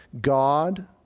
God